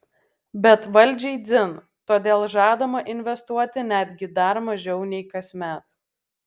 bet valdžiai dzin todėl žadama investuoti netgi dar mažiau nei kasmet